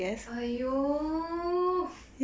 !aiyo!